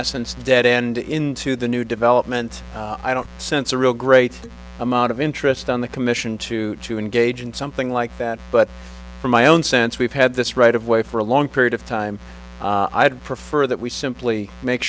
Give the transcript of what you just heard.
essence dead end into the new development i don't sense a real great amount of interest on the commission to engage in something like that but my own sense we've had this right of way for a long period of time i'd prefer that we simply make